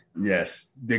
Yes